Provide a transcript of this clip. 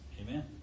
Amen